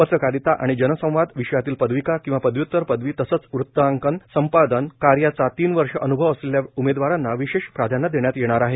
पद्रकारिता आणि जनसंवाद विषयातील पदविका किंवा पदव्युत्तर पदवी तसेच वृत्तांकन संपादन कार्याचा तीन वर्ष अनुभव असलेल्या उमेदवारांना विशेष प्राधान्य देण्यात येणार आहे